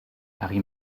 harry